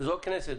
זו הכנסת.